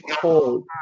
cold